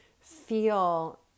feel